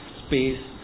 space